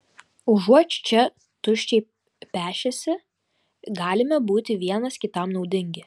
užuot čia tuščiai pešęsi galime būti vienas kitam naudingi